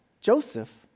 Joseph